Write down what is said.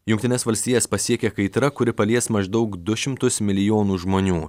jungtines valstijas pasiekė kaitra kuri palies maždaug du šimtus milijonų žmonių